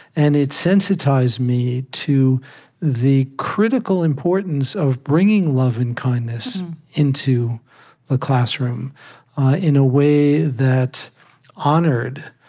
and it sensitized me to the critical importance of bringing love and kindness into a classroom in a way that honored